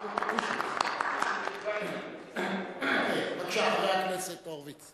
(מחיאות כפיים) בבקשה, חבר הכנסת הורוביץ.